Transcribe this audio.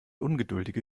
ungeduldige